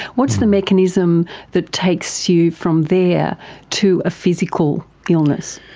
what's the mechanism that takes you from there to a physical illness?